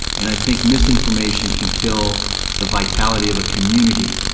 and i think misinformation can kill the vitality of a community,